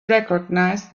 recognize